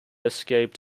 escaped